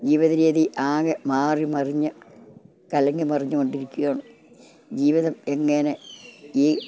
ജീവിത രീതി ആകെ മാറി മറിഞ്ഞ് കലങ്ങി മറിഞ്ഞു കൊണ്ടിരിക്കുകയാണ് ജീവിതം എങ്ങനെ ഈ